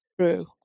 true